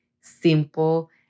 simple